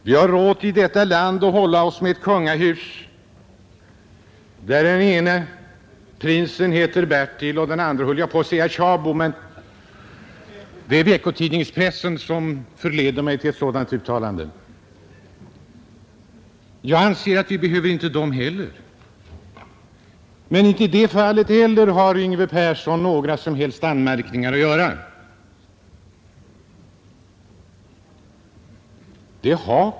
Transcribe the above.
Vi har i detta land även råd att hålla oss med ett kungahus. Den ene av prinsarna heter Bertil och den andre Tjabo, höll jag på att säga; det är veckotidningspressen som förleder mig till att kalla honom så. Jag anser att vi inte behöver dem heller. Men inte heller på den punkten har herr Yngve Persson några som helst anmärkningar att göra.